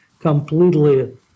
completely